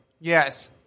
yes